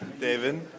David